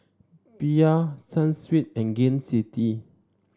Bia Sunsweet and Gain City